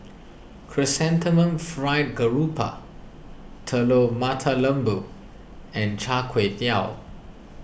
Chrysanthemum Fried Garoupa Telur Mata Lembu and Char Kway Teow